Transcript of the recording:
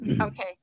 Okay